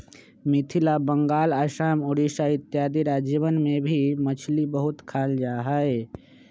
मिथिला बंगाल आसाम उड़ीसा इत्यादि राज्यवन में भी मछली बहुत खाल जाहई